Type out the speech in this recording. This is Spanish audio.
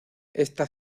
esta